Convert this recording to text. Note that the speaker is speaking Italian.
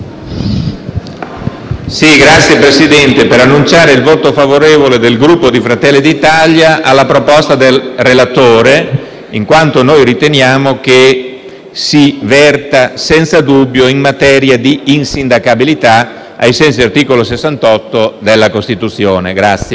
intervengo per annunciare il voto favorevole del Gruppo Fratelli d'Italia alla proposta del relatore, in quanto riteniamo che si verta senza dubbio in materia di insindacabilità, ai sensi dell'articolo 68 della Costituzione.